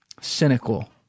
cynical